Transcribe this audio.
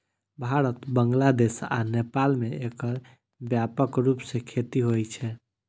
भारत, बांग्लादेश आ नेपाल मे एकर व्यापक रूप सं खेती होइ छै